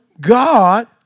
God